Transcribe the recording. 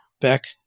back